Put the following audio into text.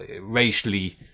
racially